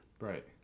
Right